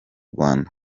rwanda